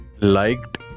liked